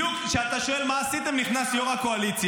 למה,